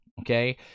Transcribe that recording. Okay